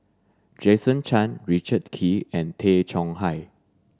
Jason Chan Richard Kee and Tay Chong Hai